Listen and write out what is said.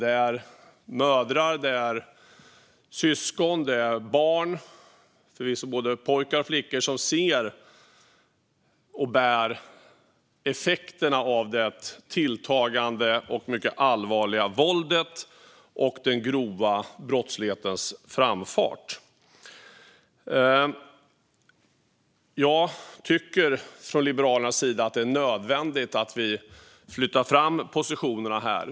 Det är mödrar, syskon och barn, förvisso både pojkar och flickor, som ser och bär effekterna av det tilltagande och mycket allvarliga våldet och den grova brottslighetens framfart. Jag och Liberalerna tycker att det är nödvändigt att vi flyttar fram positionerna här.